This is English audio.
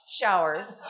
showers